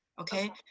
Okay